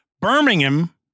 Birmingham